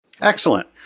Excellent